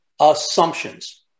assumptions